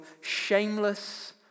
shameless